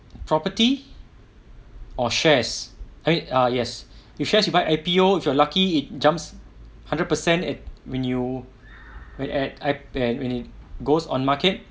property or shares eh ah yes if shares you buy A_P loh if you are lucky it jumps hundred percent and when you when at at and when it goes on market